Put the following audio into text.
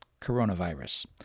coronavirus